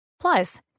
Plus